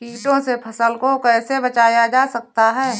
कीटों से फसल को कैसे बचाया जा सकता है?